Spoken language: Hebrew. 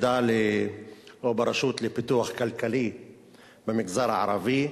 ברשות לפיתוח כלכלי במגזר הערבי,